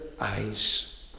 eyes